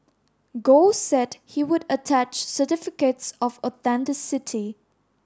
Gold said he would attach certificates of authenticity